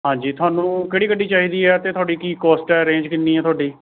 ਹਾਂਜੀ ਤੁਹਾਨੂੰ ਕਿਹੜੀ ਗੱਡੀ ਚਾਹੀਦੀ ਹੈ ਅਤੇ ਕੀ ਕੌਸਟ ਹੈ ਰੇਂਜ ਕਿੰਨੀ ਹੈ ਤੁਹਾਡੀ